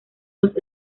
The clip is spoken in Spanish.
dos